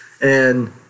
And-